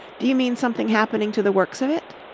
do you mean something happening to the works of it?